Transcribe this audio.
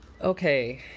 Okay